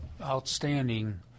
outstanding